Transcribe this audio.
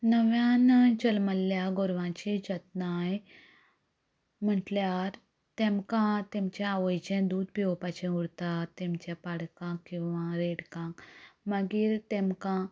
नव्यान जल्मल्ल्या गोरवांची जतनाय म्हटल्यार तेमकां तेमच्या आवयचें दूद पियोपाचें उरता तेमच्या पाडकांक किंवा रेडकांक मागीर तेमकां